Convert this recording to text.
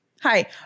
hi